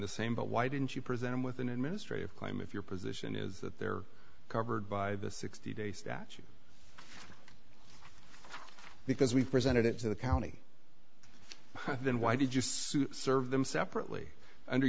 the same but why didn't you present him with an administrative claim if your position is that they're covered by the sixty day statute because we presented it to the county then why did you say serve them separately under